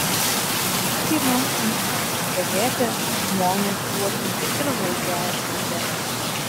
gana tėvams ant sprando sėdėti žmones juokinti ir valdžią erzinti